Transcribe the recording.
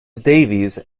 davies